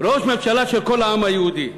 ראש ממשלה של כל העם היהודי.